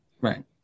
Right